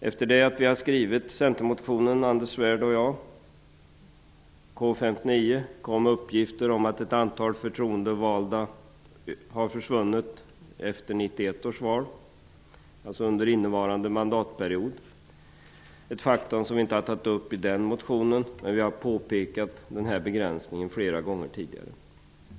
Efter det att Anders Svärd och jag hade väckt Centermotionen K59 kom uppgifter om att antalet förtroendevalda har minskat efter 1991 års val, alltså under innevarande mandatperiod. Detta faktum har vi inte tagit upp i den motionen men påpekat flera gånger tidigare.